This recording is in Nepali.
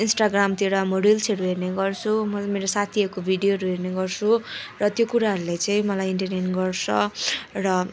इस्टाग्रामतिर म रिल्सहरू हेर्ने गर्छु मेरो साथीहरूको भिडियोहरू हेर्ने गर्छु र त्यो कुराहरूले चाहिँ मलाई इन्टरटेन गर्छ र